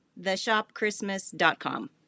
theshopchristmas.com